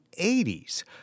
80s